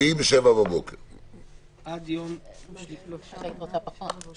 עד יום רביעי ב-7 בבוקר.